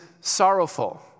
sorrowful